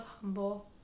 humble